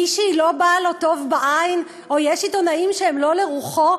מישהי לא באה לו טוב בעין או יש עיתונאים שהם לא לרוחו,